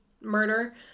murder